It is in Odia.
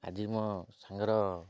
ଆଜି ମୋ ସାଙ୍ଗର